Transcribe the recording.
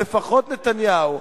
הרי לפחות נתניהו,